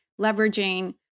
leveraging